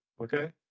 Okay